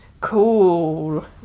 cool